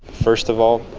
first of all,